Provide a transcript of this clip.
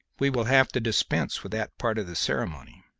we will have to dispense with that part of the ceremony.